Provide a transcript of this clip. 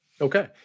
Okay